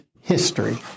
history